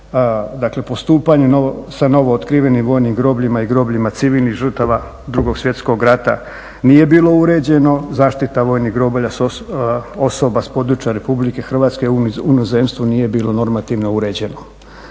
Dakle postupanju sa novo otkrivenim vojnim grobljima i grobljima civilnih žrtava II. Svjetskog rata nije bilo uređeno, zaštita vojnih groblja osoba sa područja Republike Hrvatske u inozemstvu nije bilo normativno uređeno.